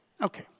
Okay